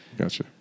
Gotcha